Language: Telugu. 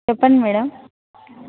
చెప్పండి మేడం